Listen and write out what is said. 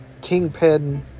Kingpin